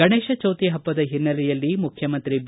ಗಣೇಶ ಚೌತಿ ಹಬ್ಬದ ಹಿನ್ನೆಲೆಯಲ್ಲಿ ಮುಖ್ಯಮಂತ್ರಿ ಬಿ